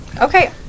Okay